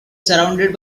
surrounded